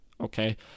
okay